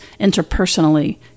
interpersonally